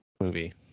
movie